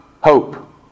hope